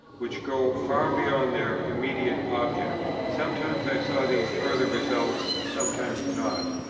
which go far beyond their immediate object. sometimes i saw these further results, sometimes not.